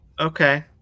Okay